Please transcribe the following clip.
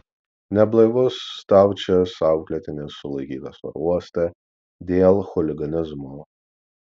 neblaivus staučės auklėtinis sulaikytas oro uoste dėl chuliganizmo